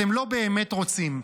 אתם לא באמת רוצים.